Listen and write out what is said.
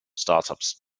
startups